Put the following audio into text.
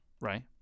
right